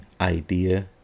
idea